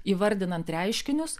įvardinant reiškinius